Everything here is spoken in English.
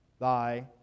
thy